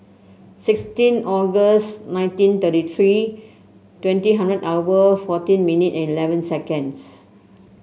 sixteen August nineteen thirty three twenty hundred hour fourteen minute and eleven seconds